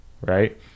right